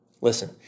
Listen